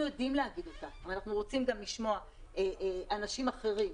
אנחנו יודעים להגיד אותה אבל אנחנו רוצים גם לשמוע אנשים אחרים.